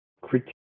critique